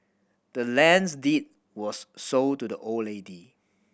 the land's deed was sold to the old lady